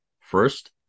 first